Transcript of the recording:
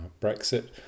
Brexit